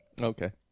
Okay